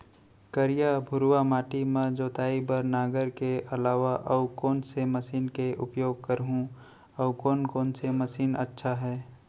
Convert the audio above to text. करिया, भुरवा माटी म जोताई बार नांगर के अलावा अऊ कोन से मशीन के उपयोग करहुं अऊ कोन कोन से मशीन अच्छा है?